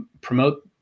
promote